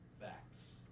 facts